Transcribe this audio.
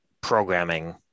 programming